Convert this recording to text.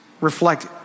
reflect